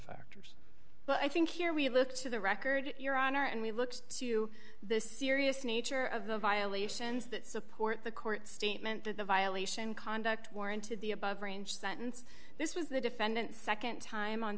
factors but i think here we look to the record your honor and we look to the serious nature of the violations that support the court statement that the violation conduct warranted the above range sentence this was the defendant nd time on